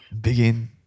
begin